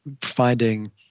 finding